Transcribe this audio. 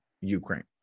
Ukraine